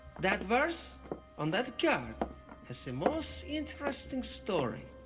that verse on that card has the most interesting story